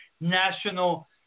national